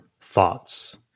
thoughts